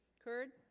kurd